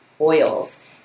oils